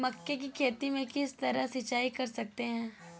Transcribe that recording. मक्के की खेती में किस तरह सिंचाई कर सकते हैं?